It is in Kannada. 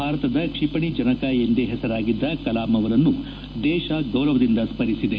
ಭಾರತದ ಕ್ಷಿಪಣಿ ಜನಕ ಎಂದೇ ಹೆಸರಾಗಿದ್ದ ಕಲಾಂ ಅವರನ್ನು ದೇಶ ಗೌರವದಿಂದೆ ಸ್ತರಿಸಿದೆ